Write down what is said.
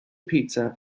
pizza